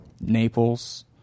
Naples